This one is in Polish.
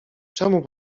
czemu